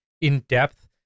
in-depth